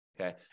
okay